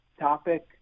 topic